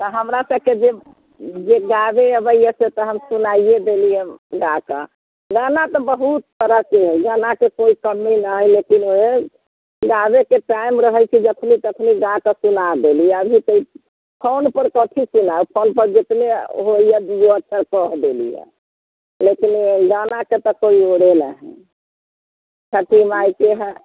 तऽ हमरा सभकेँ जे जे गाबे अबैए से तऽ हम सुनाइए देली हँ गाकऽ गाना तऽ बहुत तरहकेँ अइ गानाके कोइ कमी नहि हय लेकिन ओहि गाबैके टाइम रहैत छै जखनि तखनि गाकऽ सुना देली अभी तऽ ई फोन पर कथी सुनाउ फोन पर जितने होइए दुओ अक्षर कह देली हँ लेकिन गानाके तऽ कोइ ओरे नहि हय छठि माइके हय